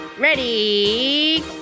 Ready